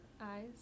Eyes